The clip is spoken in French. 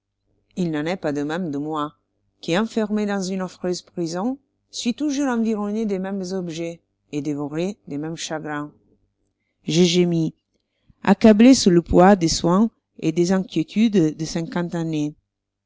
il n'en est pas de même de moi qui enfermé dans une affreuse prison suis toujours environné des mêmes objets et dévoré des mêmes chagrins je gémis accablé sous le poids des soins et des inquiétudes de cinquante années